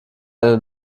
eine